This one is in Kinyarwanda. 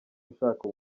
ushaka